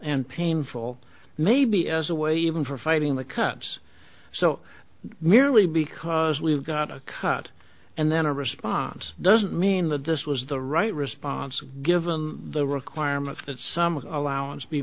and painful maybe as a way even for fighting the cuts so merely because we've got a cut and then a response doesn't mean that this was the right response given the requirement that some was allowance be